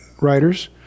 writers